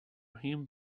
him